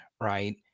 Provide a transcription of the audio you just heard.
Right